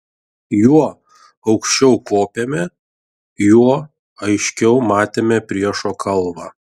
juo aukščiau kopėme juo aiškiau matėme priešo kalvą